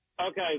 okay